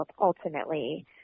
ultimately